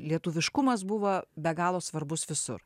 lietuviškumas buvo be galo svarbus visur